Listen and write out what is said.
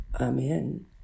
amen